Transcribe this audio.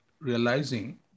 realizing